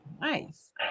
Nice